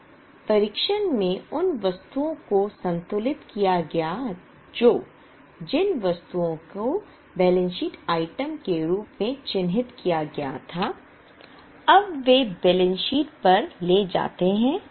अब परीक्षण से उन वस्तुओं को संतुलित किया गया जो जिन वस्तुओं को बैलेंस शीट आइटम के रूप में चिह्नित किया गया था अब वे बैलेंस शीट पर ले जाते हैं